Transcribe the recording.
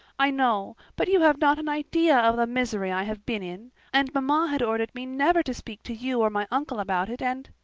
i know but you have not an idea of the misery i have been in and mamma had ordered me never to speak to you or my uncle about it, and